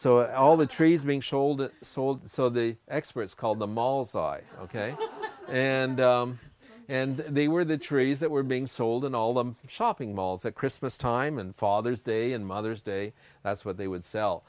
so all the trees being sold sold so the experts called them all thought ok and and they were the trees that were being sold and all the shopping malls at christmas time and father's day and mother's day that's what they would sell